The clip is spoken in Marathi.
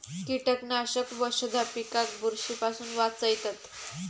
कीटकनाशक वशधा पिकाक बुरशी पासून वाचयतत